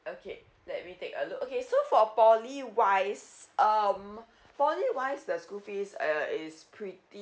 okay let me take a look okay so for a P_O_L_Y wise um P_O_L_Y wise the school fees err is pretty